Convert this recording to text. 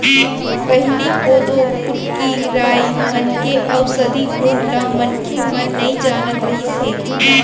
पहिली कोदो, कुटकी, राई मन के अउसधी गुन ल मनखे मन नइ जानत रिहिस हे